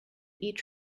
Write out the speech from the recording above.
each